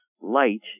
light